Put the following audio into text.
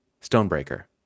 Stonebreaker